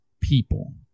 people